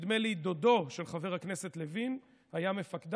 נדמה לי שדודו של חבר הכנסת לוין היה מפקדה.